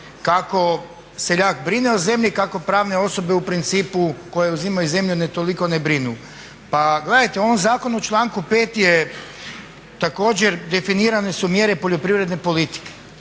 kako seljak brine o zemlji i kako pravne osobe u principu koje uzimaju zemlju toliko ne brinu. Pa gledajte u ovom zakonu u članku 5. je također definirane su mjere poljoprivredne politike.